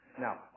Now